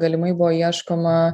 galimai buvo ieškoma